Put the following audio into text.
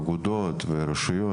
אגודות ורשויות,